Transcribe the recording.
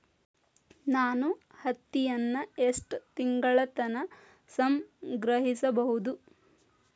ನಾನು ಹತ್ತಿಯನ್ನ ಎಷ್ಟು ತಿಂಗಳತನ ಸಂಗ್ರಹಿಸಿಡಬಹುದು?